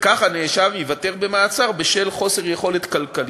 וכך הנאשם ייוותר במעצר בשל חוסר יכולת כלכלית.